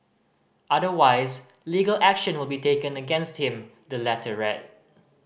otherwise legal action will be taken against him the letter read